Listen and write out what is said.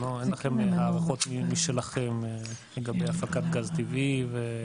אין לכם הערכות משלכם לגבי הפקת גז טבעי.